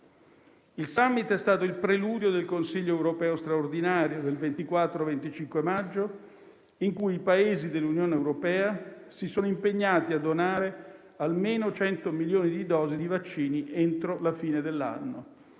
Il *summit* è stato il preludio del Consiglio europeo straordinario del 24-25 maggio, in cui i Paesi dell'Unione europea si sono impegnati a donare almeno 100 milioni di dosi di vaccini entro la fine dell'anno.